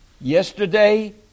yesterday